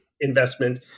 investment